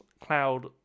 cloud